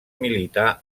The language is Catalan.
militar